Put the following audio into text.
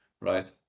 right